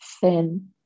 thin